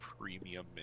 premium